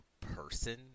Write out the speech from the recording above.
person